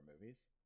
movies